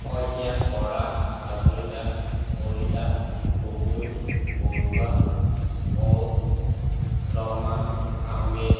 Saikia Bora Hazarika Kalita Gogoi Barua Ghosh Rahman Ahmed